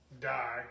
die